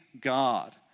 God